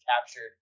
captured